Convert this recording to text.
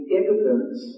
evidence